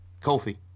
kofi